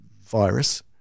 virus